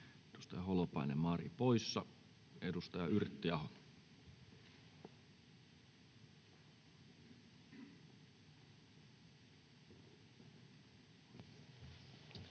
Edustaja Holopainen, Mari poissa. — Edustaja Yrttiaho.